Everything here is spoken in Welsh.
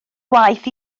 waeth